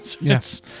Yes